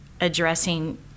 addressing